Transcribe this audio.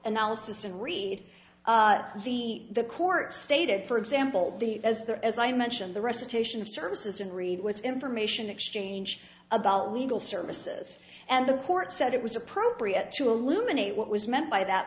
analysis and read the the court stated for example the as the as i mentioned the recitation of services and read was information exchange about legal services and the court said it was appropriate to illuminate what was meant by that